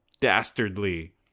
dastardly